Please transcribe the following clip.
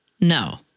No